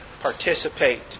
participate